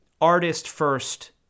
artist-first